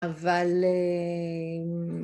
אבל אההה..